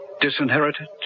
disinherited